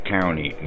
County